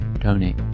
donate